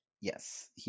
Yes